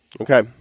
Okay